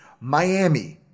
Miami